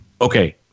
Okay